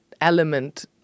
element